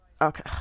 okay